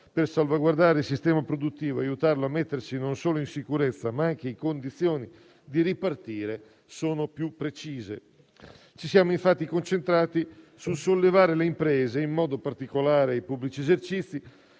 per salvaguardare il sistema produttivo ed aiutarlo a mettersi non solo in sicurezza, ma anche nelle condizioni di ripartire, sono più precise. Ci siamo infatti concentrati sul sollevare le imprese, in modo particolare i pubblici esercizi,